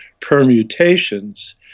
permutations